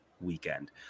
weekend